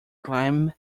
climb